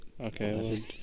Okay